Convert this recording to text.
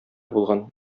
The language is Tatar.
булган